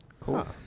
Cool